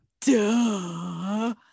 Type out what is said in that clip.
duh